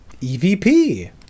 EVP